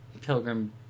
Pilgrim